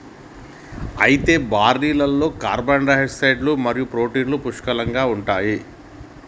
అయితే బార్లీలో కార్పోహైడ్రేట్లు మరియు ప్రోటీన్లు పుష్కలంగా ఉంటాయి